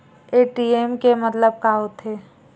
ATM के मतलब का होथे?